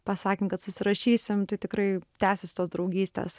pasakėm kad susirašysim tai tikrai tęsis tos draugystės